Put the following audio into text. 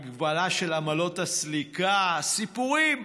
על הגבלה של עמלות הסליקה, סיפורים.